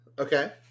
Okay